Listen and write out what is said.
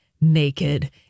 naked